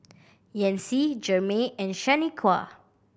Yancy Jermey and Shaniqua